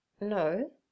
No